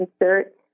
insert